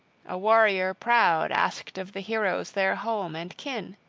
a warrior proud asked of the heroes their home and kin.